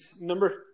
number